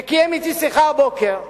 שקיים אתי הבוקר שיחה,